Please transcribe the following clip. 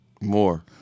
More